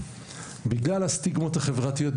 בגלל הסטיגמות החברתיות,